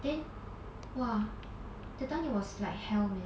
then !wah! that time it was like hell man